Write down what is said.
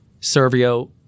Servio